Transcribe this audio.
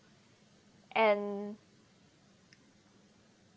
and